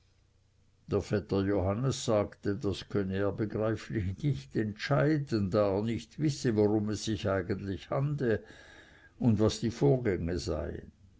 der vetter johannes sagte das könne er begreiflich nicht entscheiden da er nicht wisse worum es sich eigentlich handle und was die vorgänge seien